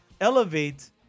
elevate